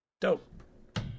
Dope